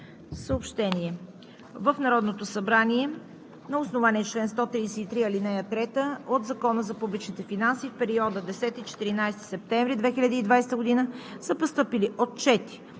В Народното събрание на основание чл. 133, ал. 3 от Закона за публичните финанси, в периода 10 – 14 септември 2020 г. са постъпили отчети